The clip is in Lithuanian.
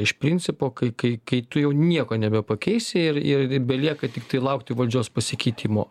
iš principo kai kai kai tu jau nieko nebepakeisi ir ir belieka tiktai laukti valdžios pasikeitimo